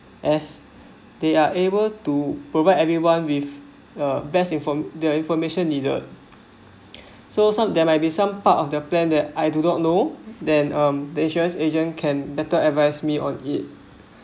as they are able to provide everyone with a best informed their information needed so some of them might be some part of the plan that I do not know then um insurance agent can better advise me on it